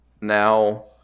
Now